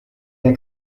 der